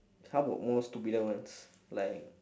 how about more stupider ones like